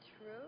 true